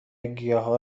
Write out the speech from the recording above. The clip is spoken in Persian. گیاها